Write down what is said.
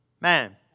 man